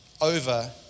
over